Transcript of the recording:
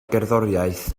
gerddoriaeth